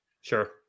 Sure